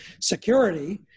Security